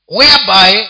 whereby